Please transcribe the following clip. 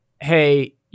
hey